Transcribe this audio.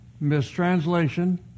mistranslation